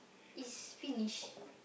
is finish